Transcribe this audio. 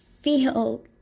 feel